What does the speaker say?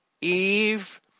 Eve